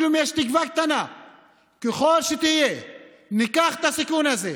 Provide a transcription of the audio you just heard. אמרנו: אפילו אם יש תקווה קטנה ככל שתהיה ניקח את הסיכון הזה,